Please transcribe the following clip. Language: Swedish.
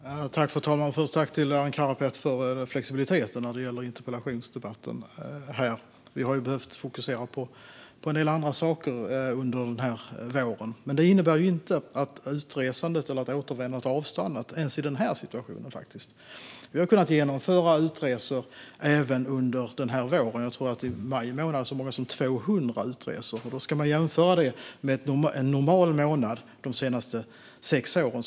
Fru talman! Först ska jag säga tack till Arin Karapet för flexibiliteten när det gäller interpellationsdebatten. Vi har ju behövt fokusera på en del andra saker under våren. Men det innebär faktiskt inte att utresandet eller återvändandet har avstannat i den här situationen. Vi har kunnat genomföra utresor även under denna vår. Jag tror att det i maj månad var så många som 200 utresor. Det ska man jämföra med en normal månad de senaste sex åren.